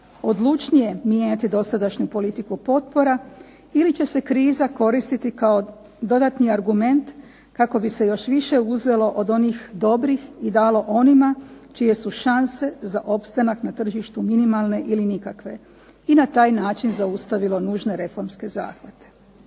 odlučnije mijenjati dosadašnju politiku potpora ili će se kriza koristiti kao dodatni argument kako bi se još više uzelo od onih dobrih i dalo onima čije su šanse za opstanak na tržištu minimalne ili nikakve. I na taj način zaustavilo nužne reformske zahvate.